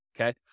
okay